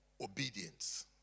obedience